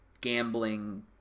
gambling